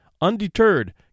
Undeterred